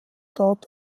dort